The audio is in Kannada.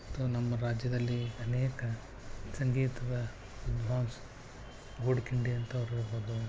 ಮತ್ತು ನಮ್ಮ ರಾಜ್ಯದಲ್ಲಿ ಅನೇಕ ಸಂಗೀತದ ಒಂದು ವಿದ್ವಾಂಸ ಗೋಡ್ಖಿಂಡಿ ಅಂಥವ್ರು ಇರ್ಬೋದು